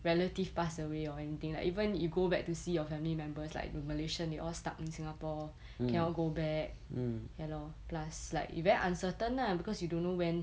relative pass away or anything like even you go back to see your family members like malaysian they all stuck in singapore cannot go back ya lor plus like you very uncertain lah because you don't know when